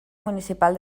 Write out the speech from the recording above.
municipal